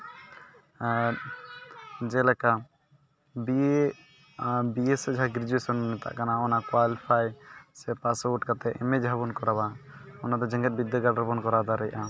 ᱟᱨ ᱡᱮ ᱞᱮᱠᱟ B A ᱥᱮ ᱡᱟᱦᱟᱸ ᱜᱨᱮᱡᱩᱭᱮᱥᱚᱱ ᱵᱚᱱ ᱢᱮᱛᱟᱜ ᱠᱟᱱᱟ ᱚᱱᱟ ᱠᱳᱣᱟᱞᱤᱯᱷᱟᱭ ᱥᱮ ᱯᱟᱥ ᱟᱣᱩᱴ ᱠᱟᱛᱮ ᱮᱢ ᱮ ᱡᱟᱦᱟᱸ ᱵᱚᱱ ᱠᱚᱨᱟᱣᱟ ᱚᱱᱟ ᱫᱚ ᱡᱮᱜᱮᱛ ᱵᱤᱫᱽᱫᱟᱹᱜᱟᱲ ᱨᱮᱵᱚᱱ ᱠᱚᱨᱟᱣ ᱫᱟᱲᱭᱟᱜᱼᱟ